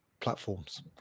platforms